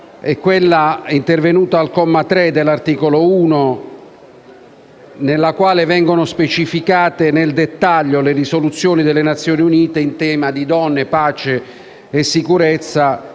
è stato operato al comma 3 dell'articolo 1, in cui vengono specificate nel dettaglio le risoluzioni delle Nazioni Unite in tema di donne, pace e sicurezza,